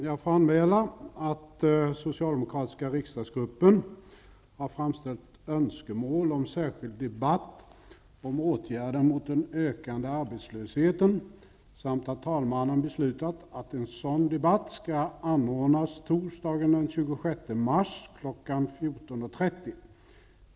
Jag får anmäla att Socialdemokratiska riksdagsgruppen har framställt önskemål om särskild debatt om åtgärder mot den ökande arbetslösheten samt att talmannen beslutat att en sådan debatt skall anordnas torsdagen den 26 mars kl. 14.30.